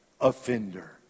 offender